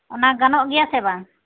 ᱚᱱᱟ ᱜᱟᱱᱚᱜ ᱜᱮᱭᱟ ᱥᱮ ᱵᱟᱝ